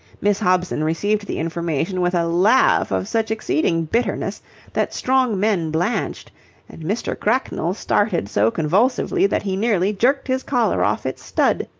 miss hobson received the information with a laugh of such exceeding bitterness that strong men blanched and mr. cracknell started so convulsively that he nearly jerked his collar off its stud.